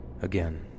Again